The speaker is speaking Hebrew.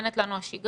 שמזמנת לנו השגרה,